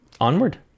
Onward